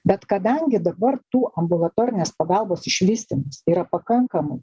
bet kadangi dabar tų ambulatorinės pagalbos išvystymas yra pakankamai